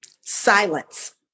silence